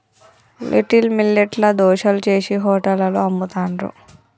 little millet ల దోశలు చేశి హోటళ్లలో అమ్ముతాండ్రు